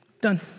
done